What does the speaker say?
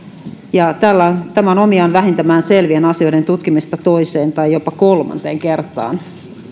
ja tämä on omiaan vähentämään selvien asioiden tutkimista toiseen tai jopa kolmanteen kertaan